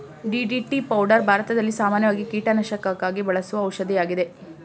DDT powder ಭಾರತದಲ್ಲಿ ಸಾಮಾನ್ಯವಾಗಿ ಕೀಟನಾಶಕಕ್ಕಾಗಿ ಬಳಸುವ ಔಷಧಿಯಾಗಿದೆ